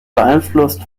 beeinflusst